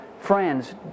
Friends